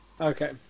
Okay